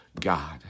God